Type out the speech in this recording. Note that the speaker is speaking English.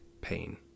pain